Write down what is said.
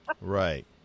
Right